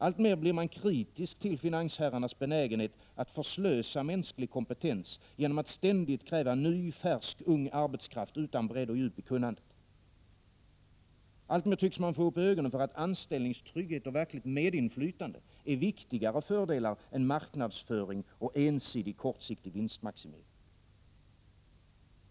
Alltmer blir man kritisk till finansherrarnas benägenhet att förslösa mänsklig kompetens genom att ständigt kräva ny, färsk, ung arbetskraft utan bredd och djup i kunnandet. Alltmer tycks man få upp ögonen för att anställningstrygghet och verkligt medinflytande är viktigare fördelar än marknadsföring och ensidig, kortsiktig vinstmaximering.